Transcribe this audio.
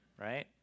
right